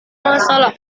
masalah